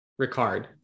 Ricard